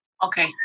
Okay